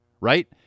right